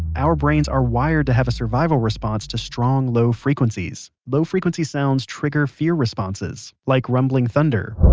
our brains are wired to have a survival response to strong low frequencies. low frequency sounds trigger fear responses. like rumbling thunder